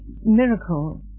miracle